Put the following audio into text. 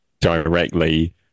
directly